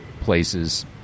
places